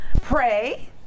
Pray